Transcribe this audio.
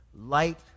light